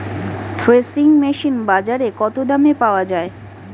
Threshing machine বাজারে কত দামে পাওয়া যায়?